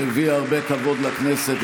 שהביאה הרבה כבוד לכנסת,